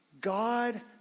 God